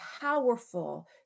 powerful